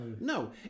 No